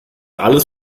alles